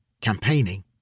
campaigning